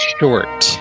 Short